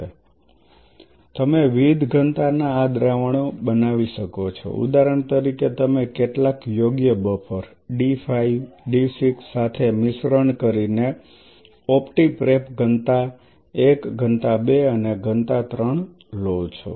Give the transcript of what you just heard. તેથી તમે વિવિધ ઘનતાના આ દ્રાવણો બનાવી શકો છો ઉદાહરણ તરીકે તમે કેટલાક યોગ્ય બફર D 5 D 6 સાથે મિશ્રણ કરીને ઓપ્ટી પ્રેપ ઘનતા 1 ઘનતા 2 ઘનતા 3 લો છો